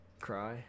cry